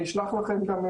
אני אשלח לכם.